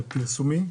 פרסומי?